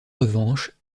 revanche